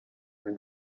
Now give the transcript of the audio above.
when